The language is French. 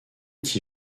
qui